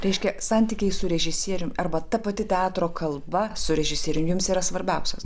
reiškia santykiai su režisierium arba ta pati teatro kalba su režisierium jums yra svarbiausias